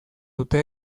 dute